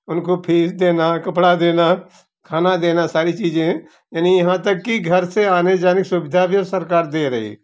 उनको फीस देना कपड़ा देना खाना देना सारी चीजें यानी यहाँ तक कि घर से आने जाने की सुविधा भी अब सरकार दे रही